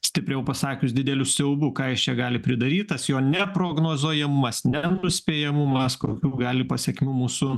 stipriau pasakius dideliu siaubu ką jis čia gali pridaryt tas jo neprognozuojamumas nenuspėjamumas kokių gali pasekmių mūsų